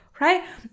Right